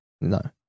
no